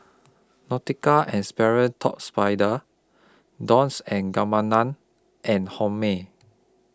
Nautica and Sperry Top Spider Dolce and Gabbana and Hormel